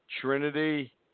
Trinity